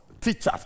teachers